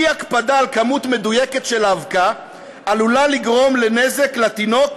אי-הקפדה על כמות מדויקת של האבקה עלולה לגרום לנזק לתינוק,